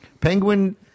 Penguin